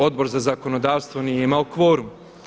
Odbor za zakonodavstvo nije imalo kvorum.